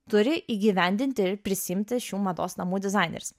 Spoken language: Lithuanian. turi įgyvendinti ir prisiimti šių mados namų dizaineris